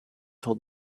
told